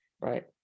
Right